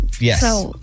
Yes